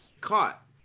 caught